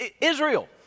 Israel